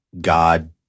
God